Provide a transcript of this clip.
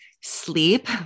sleep